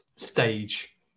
stage